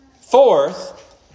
Fourth